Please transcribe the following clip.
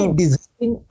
deserving